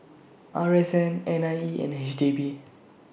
R S N N I E and H D B